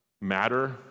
matter